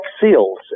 seals